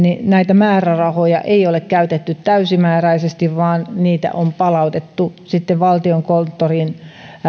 näitä määrärahoja ei ole käytetty täysimääräisesti vaan niitä on palautettu sitten valtiokonttoriin